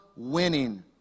Winning